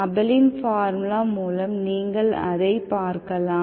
ஆபெலின் formula மூலம் நீங்கள் அதை பார்க்கலாம்